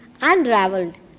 unraveled